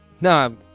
No